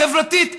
החברתית,